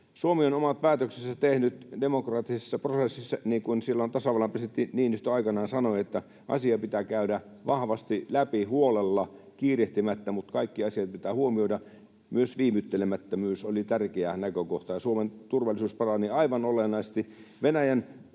Suomi on omat päätöksensä tehnyt demokraattisessa prosessissa. Niin kuin silloinen tasavallan presidentti Niinistö aikanaan sanoi, asia pitää käydä vahvasti läpi huolella, kiirehtimättä, mutta kaikki asiat pitää huomioida — myös viivyttelemättömyys oli tärkeä näkökohta. Suomen turvallisuus parani aivan olennaisesti. Venäjän